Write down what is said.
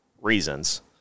reasons